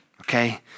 okay